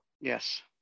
Yes